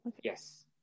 Yes